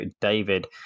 David